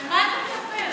על מה אתה מדבר?